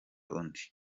undi